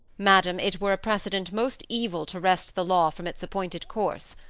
madam, it were a precedent most evil to wrest the law from its appointed course,